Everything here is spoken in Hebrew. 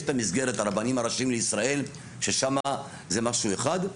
יש את מסגרת הרבנים הראשיים לישראל ששם זה משהו אחד,